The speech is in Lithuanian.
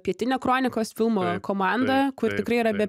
pietinia kronikos filmo komanda kur tikrai yra be